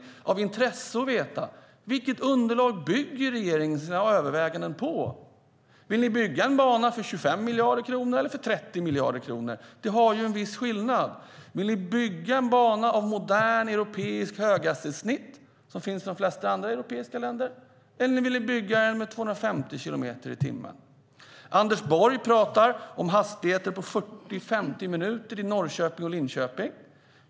Därför är det av intresse att veta: Vilket underlag bygger regeringen sina överväganden på? Vill ni bygga en bana för 25 miljarder kronor eller för 30 miljarder kronor? Det är en viss skillnad. Vill ni bygga en bana av modernt europeiskt höghastighetssnitt som finns i de flesta andra europeiska länder, eller vill ni bygga en bana där tågen går i 250 kilometer i timmen? Anders Borg talar om hastigheter som gör att det tar 40-50 minuter till Norrköping och Linköping.